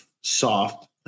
soft